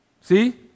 see